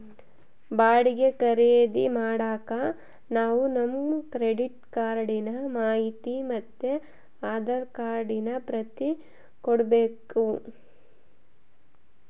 ಬಾಡಿಗೆ ಖರೀದಿ ಮಾಡಾಕ ನಾವು ನಮ್ ಕ್ರೆಡಿಟ್ ಕಾರ್ಡಿನ ಮಾಹಿತಿ ಮತ್ತೆ ಆಧಾರ್ ಕಾರ್ಡಿನ ಪ್ರತಿ ಕೊಡ್ಬಕು